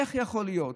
איך יכול להיות?